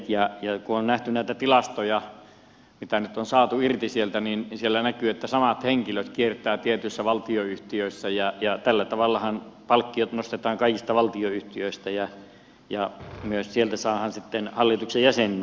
ja kun on nähty näitä tilastoja mitä nyt on saatu irti sieltä niin siellä näkyy että samat henkilöt kiertävät tietyissä valtionyhtiöissä ja tällä tavallahan palkkiot nostetaan kaikista valtionyhtiöistä ja myös saadaan sitten hallituksen jäseninä jotakin hyötyä